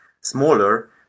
smaller